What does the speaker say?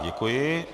Děkuji.